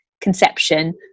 conception